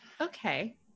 okay